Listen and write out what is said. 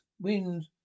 wind